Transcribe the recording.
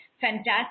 Fantastic